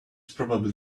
probably